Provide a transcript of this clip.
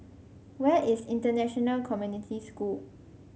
where is International Community School